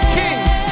kings